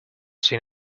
seen